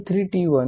W3 T1